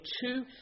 two